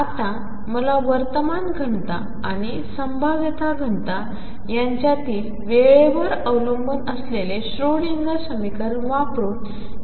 आता मलावर्तमानघनताआणिसंभाव्यताघनतायांच्यातीलवेळेवरअवलंबूनअसलेलेश्रोडिंगरसमीकरणवापरूनएकसंबंधमिळूद्या